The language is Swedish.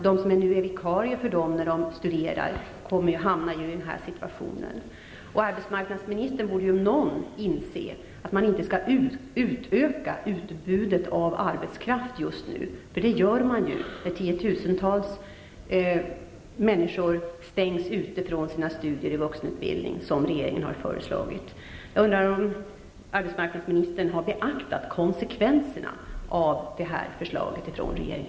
De som nu är vikarier för dem när de studerar, kommer ju att hamna i den här situationen. Arbetsmarknadsministern, om någon, borde ju inse att man inte skall utöka utbudet av arbetskraft just nu. Man gör ju detta när tiotusentals människor stängs ute från sina studier i vuxenutbildning. Regeringen har ju föreslagit detta. Jag undrar om arbetsmarknadsministern har beaktat konsekvenserna av regeringens förslag.